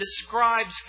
describes